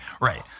Right